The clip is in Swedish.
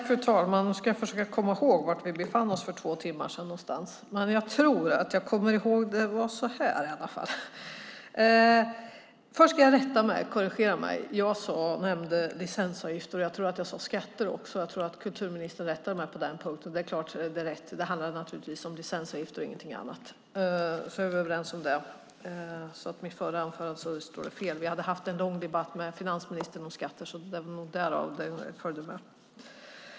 Fru talman! Jag ska försöka komma ihåg var vi befann oss någonstans för två timmar sedan. Först ska jag korrigera mig. Jag nämnde licensavgifter, och jag tror att jag också sade skatter. Jag tror att kulturministern rättade mig på den punkten. Det handlade naturligtvis om licensavgifter och inget annat, så är vi överens om det. Det står alltså fel i mitt förra anförande. Vi hade haft en lång debatt med finansministern om skatter, så det följde därav.